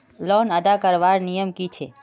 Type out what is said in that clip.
Loan अदा करवार नियम की छे?